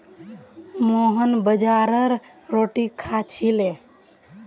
मोहन बाजरार रोटी खा छिले